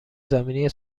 زمینی